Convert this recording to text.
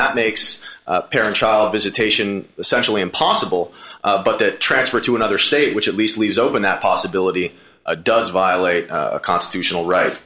that makes parent child visitation essentially impossible but that transfer to another state which at least leaves open that possibility does violate a constitutional right